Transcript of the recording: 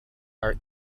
are